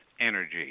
energy